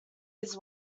his